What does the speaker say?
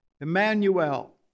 Emmanuel